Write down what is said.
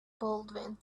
baldwin